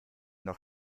noch